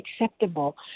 acceptable